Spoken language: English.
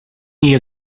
you